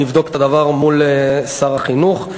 אני אבדוק את הדבר מול שר החינוך.